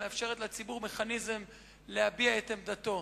מאפשרים לציבור מכניזם להביע את עמדתו.